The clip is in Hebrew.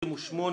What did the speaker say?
בוקר טוב לכולם.